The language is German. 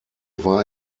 war